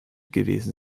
gewesen